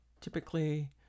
typically